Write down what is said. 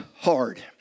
hard